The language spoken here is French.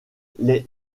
les